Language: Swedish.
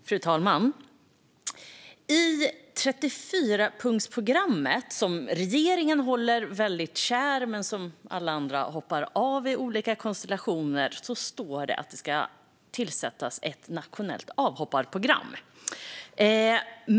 Fru talman! I 34-punktsprogrammet, som regeringen håller kärt men som alla andra överger, står det att det ska skapas ett nationellt avhopparprogram.